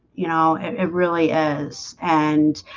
you know, it really is and